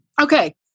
okay